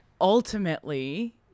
ultimately